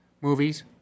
movies